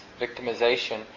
victimization